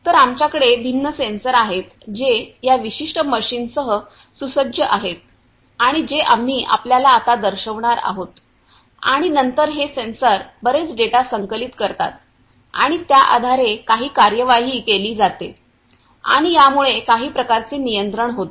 तर आमच्याकडे भिन्न सेन्सर आहेत जे या विशिष्ट मशीनसह सुसज्ज आहेत जे आम्ही आपल्याला आता दर्शवणार आहोत आणि नंतर हे सेन्सॉर बरेच डेटा संकलित करतात आणि त्या आधारे काही कार्यवाही केली जाते आणि यामुळे काही प्रकारचे नियंत्रण होते